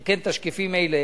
שכן תשקיפים אלה